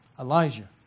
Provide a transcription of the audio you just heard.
Elijah